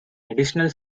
additional